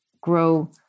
grow